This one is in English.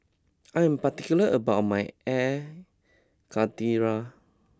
I am particular about my Air Karthira